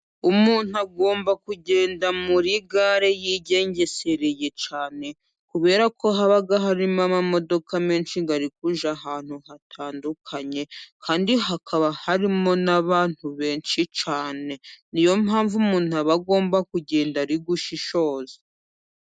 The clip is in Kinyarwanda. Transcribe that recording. Umuntu agomba kugenda muri gare yigengesere cyane kubera ko haba harimo amamodoka menshi ari kujya ahantu hatandukanye kandi hakaba harimo n'abantu benshi cyane, ni yo mpamvu umuntu aba agomba kugenda ari gushishoza.